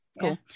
cool